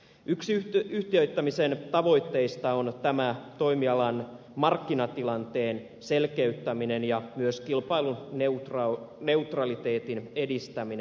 yksi yhtiöittämisen tavoitteista on tämän toimialan markkinatilanteen selkeyttäminen ja myös kilpailun neutraliteetin edistäminen